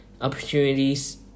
opportunities